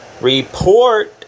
report